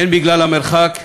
הן בגלל המרחק,